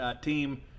team